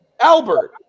Albert